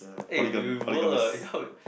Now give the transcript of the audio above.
eh we were uh how we